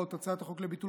הצעת חוק הגנת הצרכן (תיקון,